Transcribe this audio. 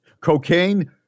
Cocaine